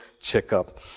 Checkup